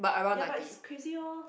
ya but it's crazy orh